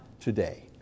today